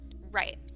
Right